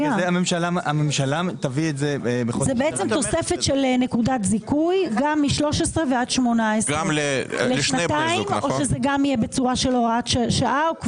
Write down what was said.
זה בעצם תוספת של נקודת זיכוי גם מ-13 ועד 18. לשנתיים או שזה גם יהיה בצורה של הוראת שעה או קבועה?